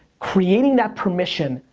creating that permission,